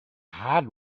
had